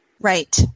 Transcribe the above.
right